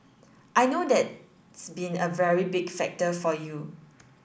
I know that's been a very big factor for you